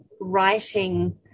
writing